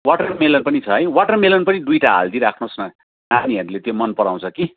watermelon पनि छ है वाटरमेलन पनि दुईवटा हालिदिई राख्नुहोस् न नानीहरूले त्यो मन पराउँछ कि